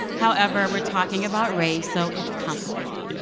however, we're talking about race, so it's complicated, yeah